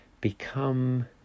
become